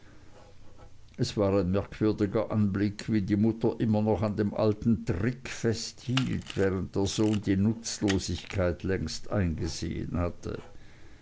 es war ein merkwürdiger anblick wie die mutter immer noch an dem alten trick festhielt während der sohn die nutzlosigkeit längst eingesehen hatte